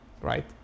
right